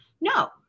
No